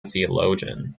theologian